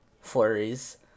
Flurries